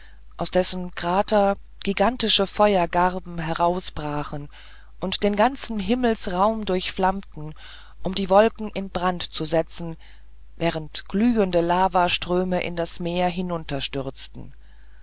aus dessen krater gigantische feuergarben hervorbrachen und den ganzen himmelsraum durchflammten um die wolken in brand zu setzen während glühende lavaströme in das meer